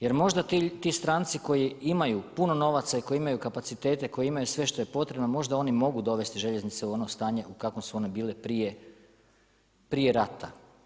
Jer možda ti stranci koji imaju puno novaca i koji imaju puno novaca i koji imaju kapacitete, koji imaju sve što je potrebno možda oni mogu dovesti željeznice u ono stanje u kakvom su one bile prije rata.